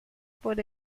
por